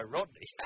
Rodney